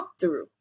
walkthrough